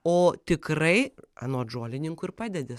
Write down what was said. o tikrai anot žolininkų ir padedi